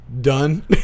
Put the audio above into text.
done